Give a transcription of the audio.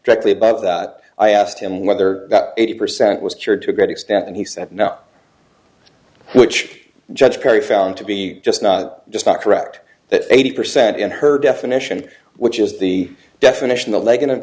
directly above that i asked him whether that eighty percent was cured to a great extent and he said no which judge perry found to be just not just not correct that eighty percent in her definition which is the definition of leg